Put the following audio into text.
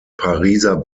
pariser